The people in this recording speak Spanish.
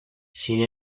sin